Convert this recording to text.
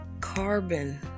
carbon